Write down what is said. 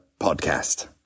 Podcast